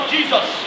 Jesus